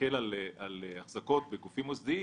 מסתכל על החזקות בגופים מוסדיים,